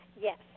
Yes